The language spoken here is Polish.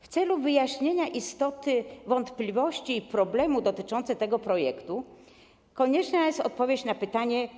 W celu wyjaśnienia istoty wątpliwości i problemu dotyczących tego projektu konieczna jest odpowiedź na pytanie: